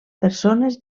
persones